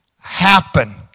happen